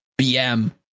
BM